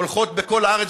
הולכות בכל הארץ.